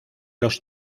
los